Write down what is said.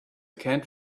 can’t